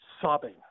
sobbing